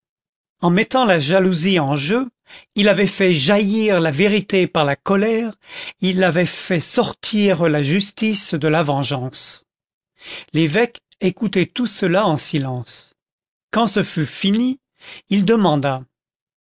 en mettant la jalousie en jeu il avait fait jaillir la vérité par la colère il avait fait sortir la justice de la vengeance l'évêque écoutait tout cela en silence quand ce fut fini il demanda